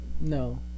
No